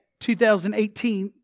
2018